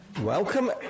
welcome